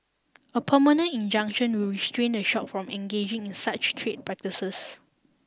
a permanent injunction will restrain the shop from engaging in such trade practices